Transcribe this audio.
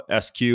SQ